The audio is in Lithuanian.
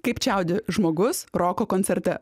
kaip čiaudi žmogus roko koncerte